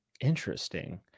Interesting